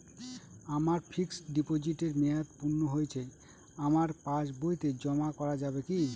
আমার ফিক্সট ডিপোজিটের মেয়াদ পূর্ণ হয়েছে আমার পাস বইতে জমা করা যাবে কি?